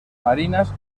marinas